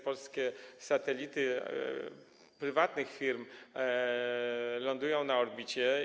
Polskie satelity prywatnych firm lądują na orbicie.